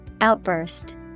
Outburst